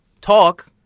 talk